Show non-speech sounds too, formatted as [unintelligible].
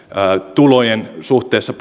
tulojen suhteessa [unintelligible]